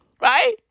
right